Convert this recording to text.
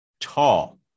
tall